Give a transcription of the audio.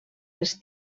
les